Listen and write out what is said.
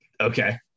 Okay